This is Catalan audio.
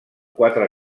quatre